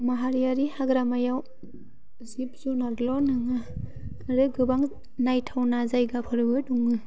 माहारियारि हाग्रामायाव जिब जुनारल' नङा आरो गोबां नायथावना जायगाफोरबो दङ